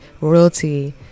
royalty